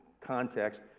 context